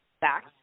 back